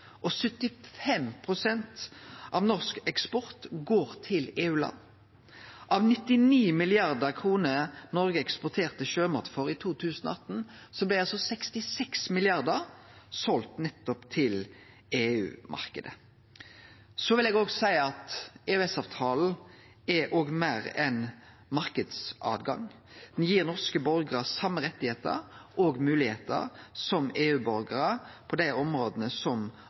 75 pst. av norsk eksport går til EU-land. Av 99 mrd. kr Noreg eksporterte sjømat for i 2018, blei det selt for 66 mrd. kr til nettopp EU-marknaden. Så vil eg òg seie at EØS-avtalen er meir enn marknadstilgang. Han gir norske borgarar dei same rettane og moglegheitene som EU-borgarar på dei områda som